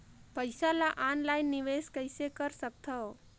पईसा ल ऑनलाइन निवेश कइसे कर सकथव?